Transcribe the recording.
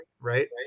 Right